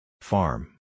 Farm